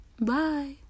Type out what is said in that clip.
Bye